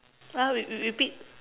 well you you repeat